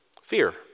Fear